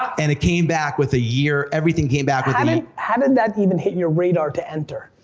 and it came back with a year, everything came back with a um and how did that even hit and your radar to enter?